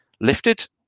lifted